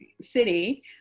city